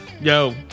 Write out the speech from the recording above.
yo